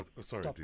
Sorry